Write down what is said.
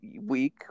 week